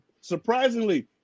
surprisingly